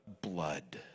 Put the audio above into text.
blood